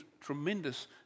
tremendous